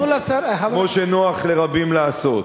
כמו שנוח לרבים לעשות.